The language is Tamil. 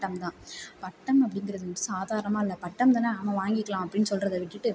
பட்டம் தான் பட்டம் அப்படிங்கிறது வந்து சாதாரணமாக இல்லை பட்டம் தான ஆமா வாங்கிக்கலாம் அப்படினு சொல்றதை விட்டுட்டு